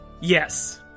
Yes